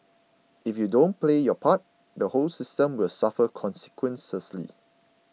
if you don't play your part the whole system will suffer consequences